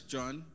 John